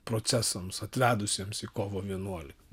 procesams atvedusiems į kovo vienuoliktą